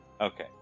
Okay